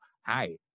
hi